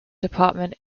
department